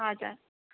हजुर